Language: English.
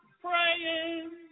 praying